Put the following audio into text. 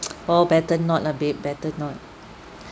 oh better not lah babe better not